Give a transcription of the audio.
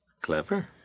Clever